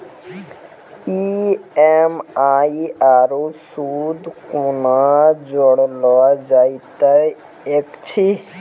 EMI आरू सूद कूना जोड़लऽ जायत ऐछि?